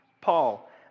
Paul